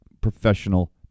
professional